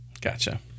Gotcha